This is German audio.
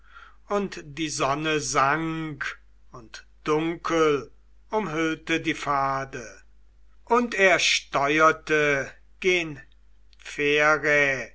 und die sonne sank und dunkel umhüllte die pfade und er steurte